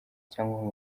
cyangwa